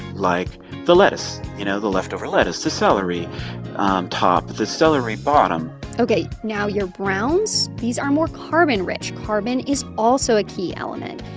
like the lettuce you know, the leftover lettuce, the celery um top, the celery bottom ok. now, your browns these are more carbon-rich. carbon is also a key element.